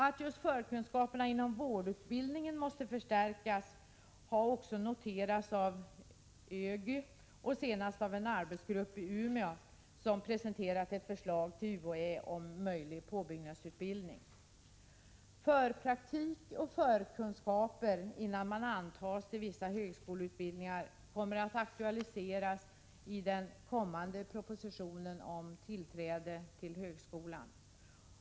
Att just förkunskaperna inför vårdutbildningen måste förstärkas har också noterats av ÖGY och senast av en arbetsgrupp i Umeå, som presenterat ett förslag till UHÄ om möjlig påbyggnadsutbildning. Förpraktik och förkunskaper för antagning till vissa högskoleutbildningar kommer att aktualiseras i den kommande propositionen om tillträde till högskolan.